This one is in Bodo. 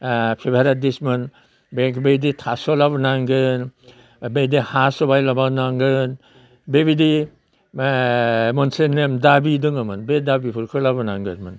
फेभरेट डिशमोन बेबिदि थास' लाबोनांगोन बेबायदि हासुबायला बायनांगोन बेबिदि मोनसेनो दाबि दोङोमोन बे दाबिफोरखौ लाबोनांगोनमोन